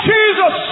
Jesus